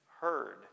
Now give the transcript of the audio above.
heard